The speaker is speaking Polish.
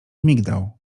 migdał